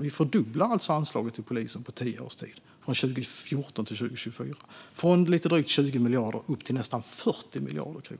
Vi fördubblar anslaget till polisen på tio års tid, från 2014 till 2024, från lite drygt 20 miljarder kronor upp till nästan 40 miljarder. Det